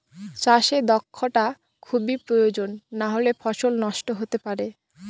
চাষে দক্ষটা খুবই প্রয়োজন নাহলে ফসল নষ্ট হতে পারে